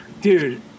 dude